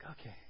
okay